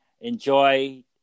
enjoy